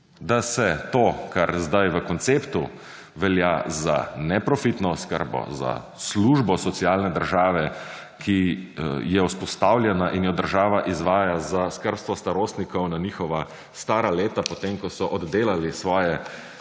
Da se to, kar sedaj v konceptu velja za neprofitno oskrbo, za službo socialne države, ki je vzpostavljena in jo država izvaja za skrbstvo starostnikov na njihova stara leta, po tem, ko so od delali svoj